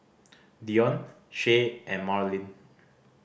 Deonte Shay and Marlin